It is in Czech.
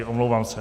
Omlouvám se.